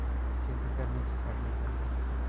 शेती करण्याची साधने कोणती?